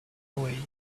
away